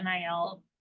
NIL